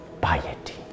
piety